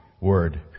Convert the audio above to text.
word